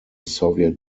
soviet